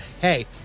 hey